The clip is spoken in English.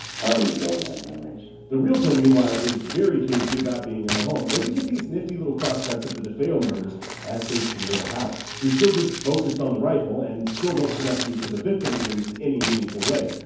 houses don't have memories. the realtor meanwhile is very cagey about being in the home and we get these nifty little cross cuts of the defeo murders as they tour the house. they're still just focused on the rifle and still don't connect you to the victims in any meaningful way.